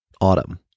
autumn